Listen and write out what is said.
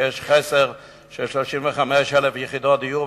שם יש חוסר של 35,000 יחידות דיור,